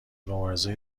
مبارزه